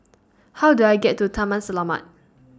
How Do I get to Taman Selamat